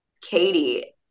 Katie